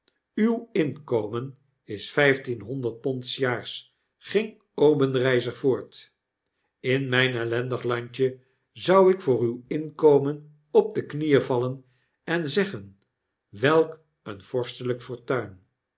uw inkomen is vijftienhonderd pond s jaars ging obenreizer voort in mijn ellendig landje zou ik voor uw inkomen op de knieen vallen en zeggen welk een vorstelp fortuin